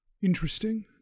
Interesting